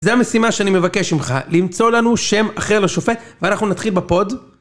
זה המשימה שאני מבקש ממך, למצוא לנו שם אחר לשופט, ואנחנו נתחיל בפוד.